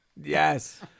Yes